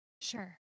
Sure